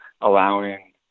allowing